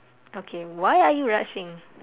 okay why are you rushing